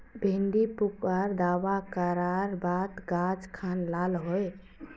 भिन्डी पुक आर दावा करार बात गाज खान लाल होए?